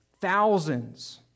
Thousands